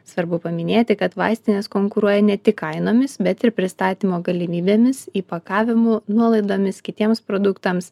svarbu paminėti kad vaistinės konkuruoja ne tik kainomis bet ir pristatymo galimybėmis įpakavimu nuolaidomis kitiems produktams